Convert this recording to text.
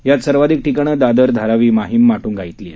यात सर्वाधिक ठिकाणं दादर धारावी माहीम माटुंगा धिली आहेत